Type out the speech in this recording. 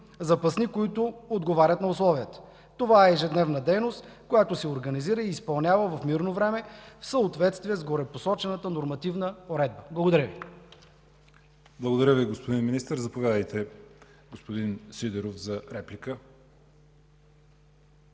запасни, които отговарят на условията. Това е ежедневна дейност, която се организира и изпълнява в мирно време в съответствие с горепосочената нормативна уредба. Благодаря Ви. ПРЕДСЕДАТЕЛ ЯВОР ХАЙТОВ: Благодаря Ви, господин Министър. Заповядайте, господин Сидеров, за реплика.